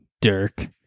Dirk